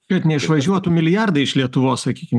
kad neišvažiuotų milijardai iš lietuvos sakykim